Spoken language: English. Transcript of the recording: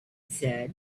said